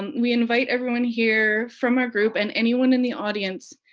we invite everyone here, from our group and anyone in the audience,